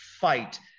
fight